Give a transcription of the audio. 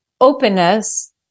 openness